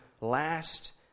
last